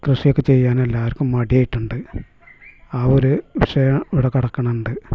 കൃഷിയൊക്കെ ചെയ്യാനെല്ലാവർക്കും മടി ആയിട്ടുണ്ട് ആ ഒരു വിഷയം അവിടെ കിടക്കണുണ്ട്